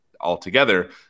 altogether